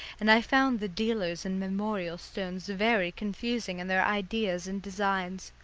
and i found the dealers in memorial stones very confusing in their ideas and designs.